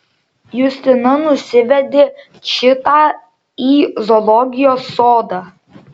justina nusivedė čitą į zoologijos sodą